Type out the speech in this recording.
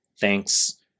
thanks